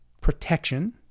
protection